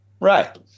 right